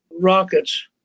rockets